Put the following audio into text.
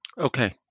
Okay